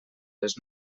les